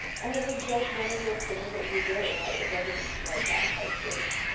and it was just one of those things that you did right? it wasn't like that high stakes,